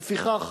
ולפיכך,